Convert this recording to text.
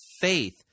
faith